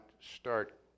start